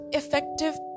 effective